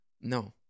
No